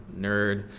nerd